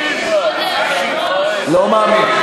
לא מאמין.